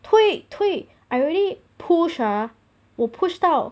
推推 I really push ah 我 push 到